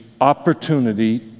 opportunity